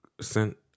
sent